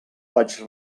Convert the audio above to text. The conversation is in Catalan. vaig